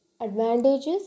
Advantages